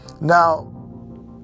Now